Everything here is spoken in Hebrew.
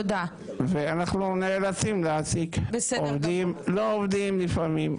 ואנחנו נאלצים להשיג עובדים שלא עובדים לפעמים.